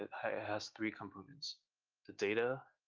it has three components the data,